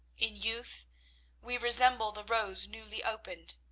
in youth we resemble the rose newly opened,